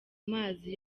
mazi